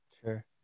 Sure